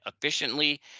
efficiently